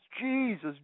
Jesus